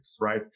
right